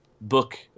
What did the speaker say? book